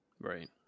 Right